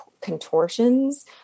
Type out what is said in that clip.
contortions